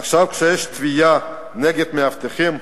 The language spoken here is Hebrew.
עכשיו, כשיש תביעה נגד המאבטחים,